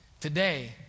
Today